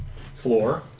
floor